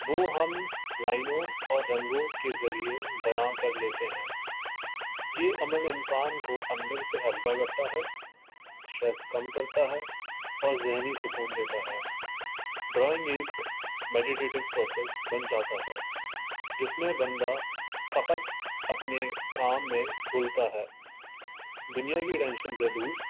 وہ ہم لائنوں اور رنگوں کے ذریعے بیاں کر لیتے ہیں یہ عمل انسان کو اندر سے ہلکا کرتا ہے اسٹریس کم کرتا ہے اور ذہنی سکون دیتا ہے ڈرائنگ ایک میڈیٹیٹو پروسیس بن جاتا ہے جس میں بندہ فقت اپنے کام میں کھلتا ہے دنیا کی ٹینشن ز دور